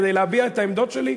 כדי להביע את העמדות שלי,